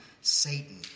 Satan